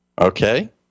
Okay